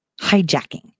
Hijacking